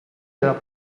della